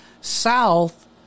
south